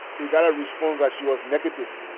we got a response that she was negative.